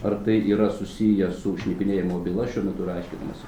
ar tai yra susiję su šnipinėjimo byla šiuo metu yra aiškinamasi